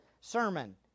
sermon